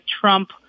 Trump